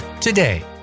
today